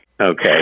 Okay